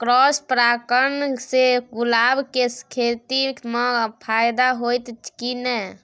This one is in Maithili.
क्रॉस परागण से गुलाब के खेती म फायदा होयत की नय?